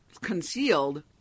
concealed